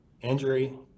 injury